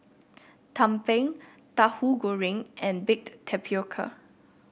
tumpeng Tahu Goreng and Baked Tapioca